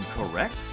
incorrect